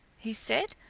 he said,